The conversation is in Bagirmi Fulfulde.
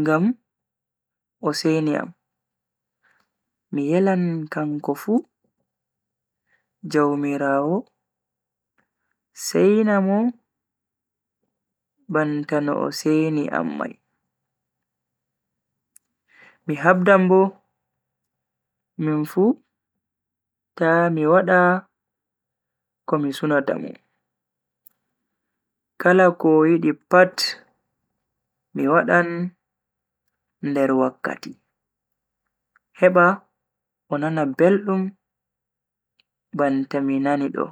ngam o seini am, mi yelan kanko fu jaumiraawo seina mo banta no o seini am mai. Mi habdan bo minfu ta mi wada ko mi sunata mo, kala ko o yidi pat mi wadan nder wakkati heba o nana beldum banta mi nani do.